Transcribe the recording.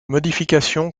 modifications